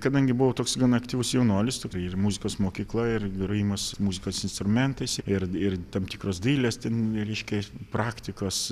kadangi buvau toks gana aktyvus jaunuolis ir muzikos mokykla ir grojimas muzikos instrumentais ir ir tam tikros dailės ten reiškia praktikos